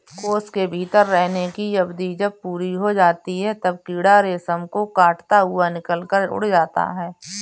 कोश के भीतर रहने की अवधि जब पूरी हो जाती है, तब कीड़ा रेशम को काटता हुआ निकलकर उड़ जाता है